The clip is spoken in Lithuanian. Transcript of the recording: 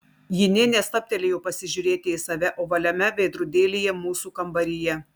ji nė nestabtelėjo pasižiūrėti į save ovaliame veidrodėlyje mūsų kambaryje